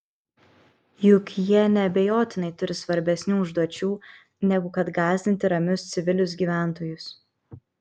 juk jie neabejotinai turi svarbesnių užduočių negu kad gąsdinti ramius civilius gyventojus